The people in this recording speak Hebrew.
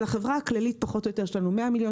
לחברה הכללית פחות או יותר יש לנו 100 מיליון